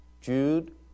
Jude